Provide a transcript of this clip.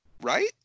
right